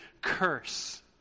curse